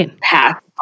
path